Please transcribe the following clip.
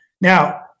Now